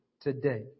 today